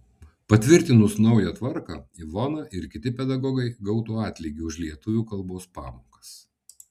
patvirtinus naują tvarką ivona ir kiti pedagogai gautų atlygį už lietuvių kalbos pamokas